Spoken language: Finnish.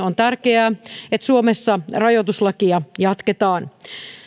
on tärkeää että suomessa rajoituslakia jatketaan